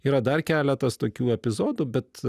yra dar keletas tokių epizodų bet